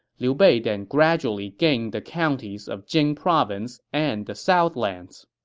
liu bei then gradually gained the counties of jing province and the southlands.